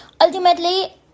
ultimately